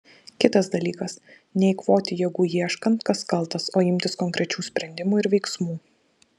kitas dalykas neeikvoti jėgų ieškant kas kaltas o imtis konkrečių sprendimų ir veiksmų